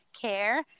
care